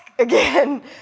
again